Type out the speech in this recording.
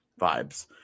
vibes